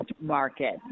market